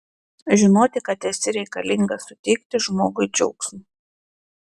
žinoti kad esi reikalingas suteikti žmogui džiaugsmo